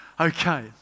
Okay